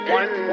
one